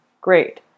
Great